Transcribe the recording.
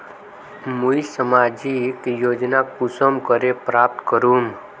मुई सामाजिक योजना कुंसम करे प्राप्त करूम?